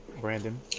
Brandon